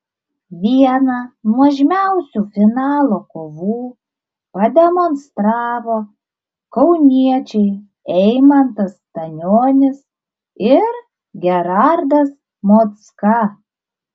vieną nuožmiausių finalo kovų pademonstravo kauniečiai eimantas stanionis ir gerardas mocka